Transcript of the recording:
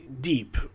Deep